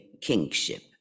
kingship